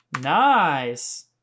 Nice